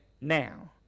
now